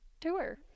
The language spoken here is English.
tour